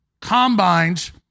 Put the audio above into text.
combines